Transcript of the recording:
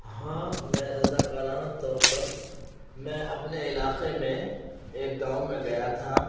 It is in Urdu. ہاں میں رضاکارانہ طور پر میں اپنے علاقے میں ایک گاؤں میں گیا تھا